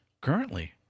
currently